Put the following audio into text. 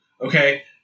okay